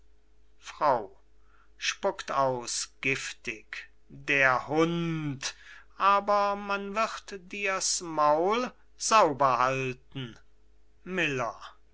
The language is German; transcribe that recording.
giftig der hund aber man wird dir's maul sauber halten miller